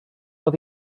oedd